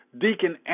Deacon